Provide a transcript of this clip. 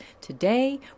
today